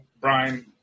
Brian